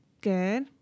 good